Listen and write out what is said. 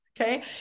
okay